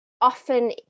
often